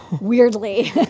weirdly